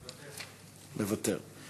אני מוותר.